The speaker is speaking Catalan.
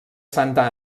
santa